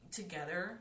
together